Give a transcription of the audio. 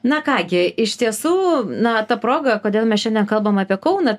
na ką gi iš tiesų na ta proga kodėl mes šiandien kalbam apie kauną